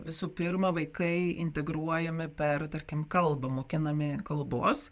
visų pirma vaikai integruojami per tarkim kalbą mokinami kalbos